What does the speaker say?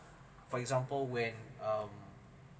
for example when um